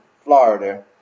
Florida